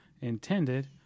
intended